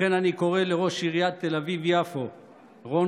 לכן אני קורא לראש עיריית תל אביב-יפו רון